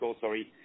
sorry